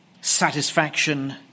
Satisfaction